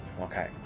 Okay